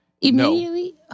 Immediately